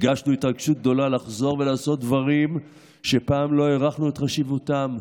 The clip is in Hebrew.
הרגשנו התרגשות גדולה לחזור לעשות דברים שפעם לא הערכנו את חשיבותם.